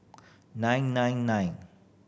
nine nine nine